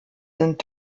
sind